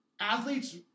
athletes